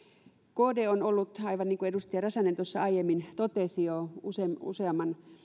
kd on ollut aivan niin kuin edustaja räsänen tuossa aiemmin jo totesi useamman